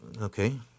okay